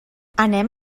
anem